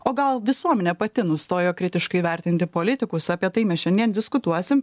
o gal visuomenė pati nustojo kritiškai vertinti politikus apie tai mes šiandien diskutuosim